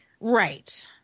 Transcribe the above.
Right